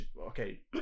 okay